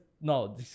no